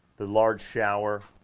the large shower